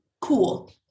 Cool